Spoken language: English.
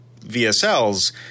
VSLs